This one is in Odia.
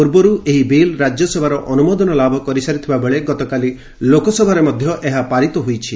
ପୂର୍ବରୁ ଏହି ବିଲ୍ ରାକ୍ୟସଭାର ଅନୁମୋଦନ ଲାଭ କରିସାରିଥିବାବେଳେ ଗତକାଲି ଲୋକସଭାରେ ମଧ୍ୟ ଏହା ପାରିତ ହୋଇଛି